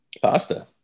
Pasta